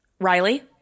Riley